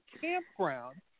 campground